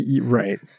Right